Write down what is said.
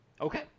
Okay